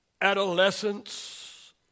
adolescence